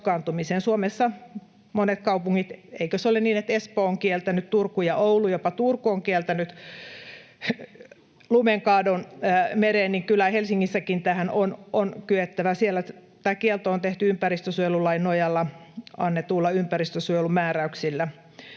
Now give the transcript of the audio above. Suomessa monet kaupungit... Eikö se ole niin, että Espoo on kieltänyt, Turku ja Oulu ovat kieltäneet? Kun jopa Turku on kieltänyt lumenkaadon mereen, niin kyllä Helsingissäkin tähän on kyettävä. Siellä tämä kielto on tehty ympäristönsuojelulain nojalla annetuilla ympäristönsuojelumääräyksillä.